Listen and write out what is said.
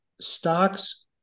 stocks